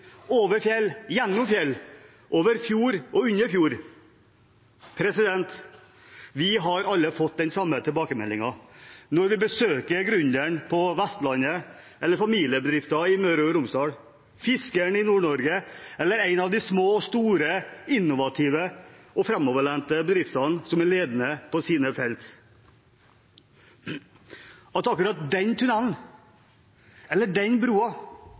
fjell, gjennom fjell, over fjord og under fjord. Vi har alle fått den samme tilbakemeldingen når vi besøker gründeren på Vestlandet, familiebedrifter i Møre og Romsdal, fiskeren i Nord-Norge eller en av de små og store innovative og framoverlente bedriftene som er ledende på sine felt – at akkurat den tunnelen eller den